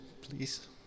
please